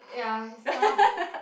ya it's tough